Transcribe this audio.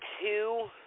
two